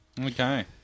Okay